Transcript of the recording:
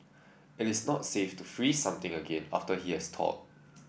it is not safe to freeze something again after it has thawed